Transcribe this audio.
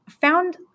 found